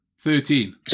thirteen